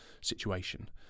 situation